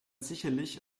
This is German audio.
sicherlich